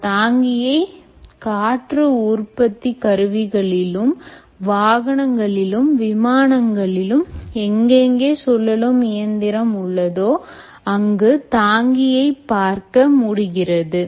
இந்த தாங்கியை காற்று உற்பத்தி கருவிகளிலும் வாகனங்களிலும் விமானங்களிலும் எங்கெங்கே சுழலும் இயந்திரம் உள்ளதோ அங்கு தாங்கியை பார்க்க முடிகிறது